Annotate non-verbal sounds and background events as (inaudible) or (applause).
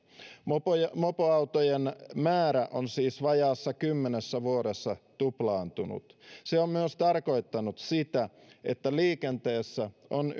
mopoautojen määrä on siis vajaassa kymmenessä vuodessa tuplaantunut se on myös tarkoittanut sitä että liikenteessä on (unintelligible)